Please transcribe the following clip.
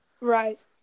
Right